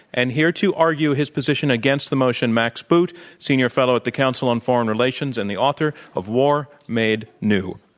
and here to argue his position against the motion, max boot, senior fellow at the council on foreign relations and the author of war made new.